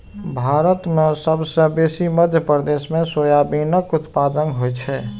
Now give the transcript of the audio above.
भारत मे सबसँ बेसी मध्य प्रदेश मे सोयाबीनक उत्पादन होइ छै